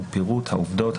ופירוט העובדות,